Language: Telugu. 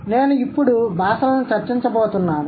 కాబట్టి నేను ఇప్పడు భాషలను చర్చించబోతున్నాను